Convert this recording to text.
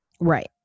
Right